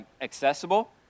accessible